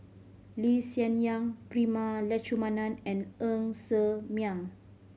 Lee Hsien Yang Prema Letchumanan and Ng Ser Miang